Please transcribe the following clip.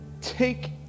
take